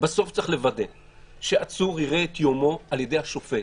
בסוף צריך לוודא שעצור יראה את יומו על ידי השופט,